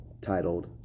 titled